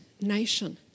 nation